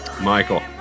Michael